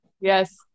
Yes